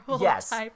Yes